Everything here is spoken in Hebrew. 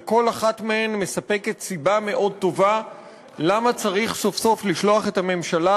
וכל אחת מספקת סיבה מאוד טובה למה צריך סוף-סוף לשלוח את הממשלה